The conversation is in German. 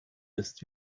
ist